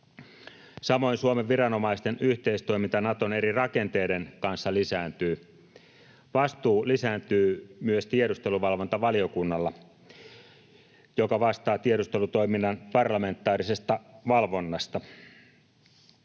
Samoin Suomen viranomaisten yhteistoiminta Naton eri rakenteiden kanssa lisääntyy. Vastuu lisääntyy myös tiedusteluvalvontavaliokunnalla, joka vastaa tiedustelutoiminnan parlamentaarisesta valvonnasta.